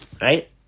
right